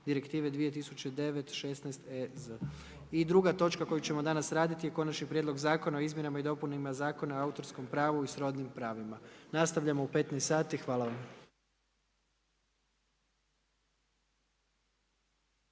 Direktive 2009/16EZ. I druga točka koju ćemo danas raditi je Konačni prijedlog zakona o izmjenama i dopunama Zakona o autorskom pravu i srodnim pravima. Nastavljamo u 15,00 sati. Hvala vam.